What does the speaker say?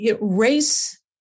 race